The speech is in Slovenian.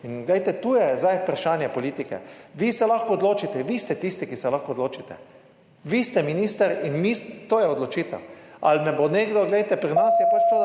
Glejte, tu je zdaj vprašanje politike. Vi se lahko odločite, vi ste tisti, ki se lahko odločite. Vi ste minister in to je odločitev, ali me bo nekdo – glejte, pri nas je pač tako,